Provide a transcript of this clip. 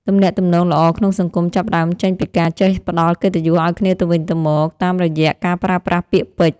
ទំនាក់ទំនងល្អក្នុងសង្គមចាប់ផ្តើមចេញពីការចេះផ្ដល់កិត្តិយសឱ្យគ្នាទៅវិញទៅមកតាមរយៈការប្រើប្រាស់ពាក្យពេចន៍។